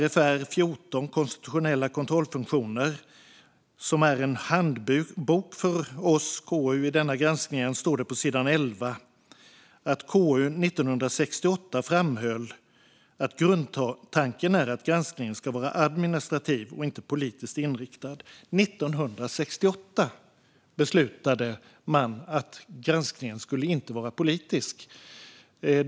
I denna granskning står det på sidan 11 att KU år 1968 framhöll att grundtanken är att granskningen ska vara administrativ och inte politiskt inriktad. År 1968 beslutade man att granskningen inte skulle vara politisk.